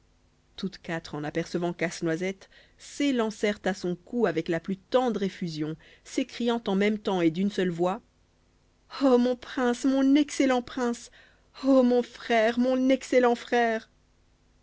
toutes quatre en apercevant casse-noisette s'élancèrent à son cou avec la plus tendre effusion s'écriant en même temps et d'une seule voix o mon prince mon excellent prince o mon frère mon excellent frère